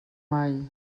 mai